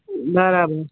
બરાબર